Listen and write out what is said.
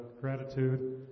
gratitude